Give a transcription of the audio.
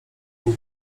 pół